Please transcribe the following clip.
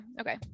okay